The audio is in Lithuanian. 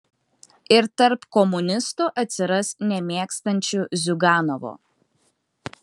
ir tarp komunistų atsiras nemėgstančių ziuganovo